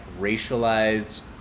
racialized